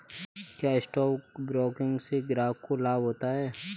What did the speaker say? क्या stock broking से ग्राहक को लाभ होता है?